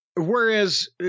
Whereas